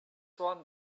sworn